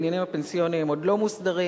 העניינים הפנסיוניים עוד לא מוסדרים,